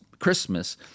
Christmas